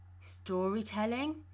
storytelling